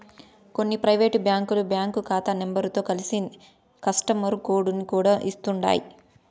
కొన్ని పైవేటు బ్యాంకులు బ్యాంకు కాతా నెంబరుతో కలిసి కస్టమరు కోడుని కూడా ఇస్తుండాయ్